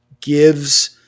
gives